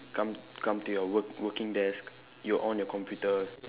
come come to your work working desk you on your computer